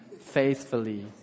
faithfully